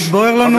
והתברר לנו,